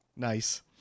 Nice